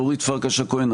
אורית פרקש הכהן,